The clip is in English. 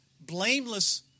blameless